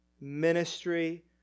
ministry